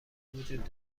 وجود